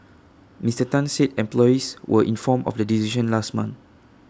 Mister Tan said employees were inform of the decision last month